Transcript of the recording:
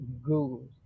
Google